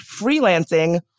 freelancing